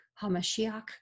HaMashiach